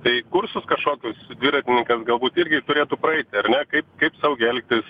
tai kursus kažkokius dviratininkams galbūt irgi turėtų praeiti ar ne kaip kaip saugiai elgtis